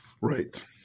Right